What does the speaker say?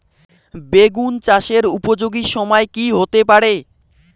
বেগুন চাষের উপযোগী সময় কি হতে পারে?